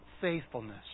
faithfulness